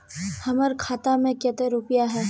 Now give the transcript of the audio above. हमर खाता में केते रुपया है?